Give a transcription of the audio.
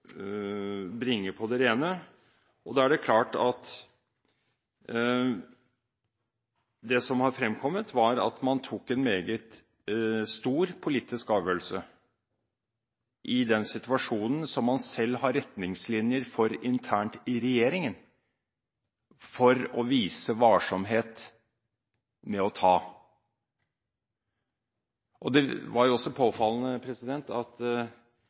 bringe på det rene, og det som har fremkommet, er at man tok en meget stor politisk avgjørelse i den situasjonen som man selv har retningslinjer for internt i regjeringen for å vise varsomhet med å ta. Det var jo også påfallende at